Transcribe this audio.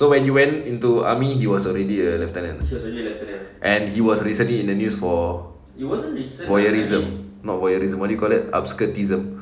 so when you went into army he was already a lieutenant and he was recently in the news for voyeurism not voyeurism what do you call that upskirtism